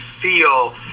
feel